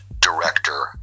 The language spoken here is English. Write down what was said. director